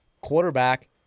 quarterback